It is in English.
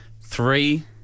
three